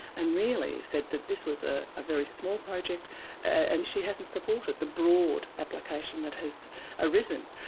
and really said that this was a ah very small project and she hasn't supported the broad application that has arisen.